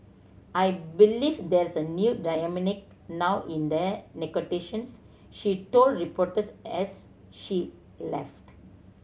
I believe there's a new dynamic now in the negotiations she told reporters as she left